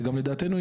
וגם לדעתנו,